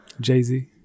Jay-Z